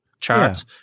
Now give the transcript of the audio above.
charts